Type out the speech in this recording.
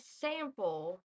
sample